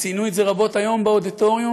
וציינו את זה רבות היום באודיטוריום,